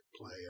play